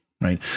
right